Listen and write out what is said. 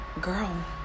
girl